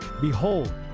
Behold